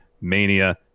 Mania